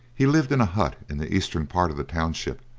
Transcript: he lived in a hut in the eastern part of the township,